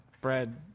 Bread